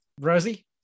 Rosie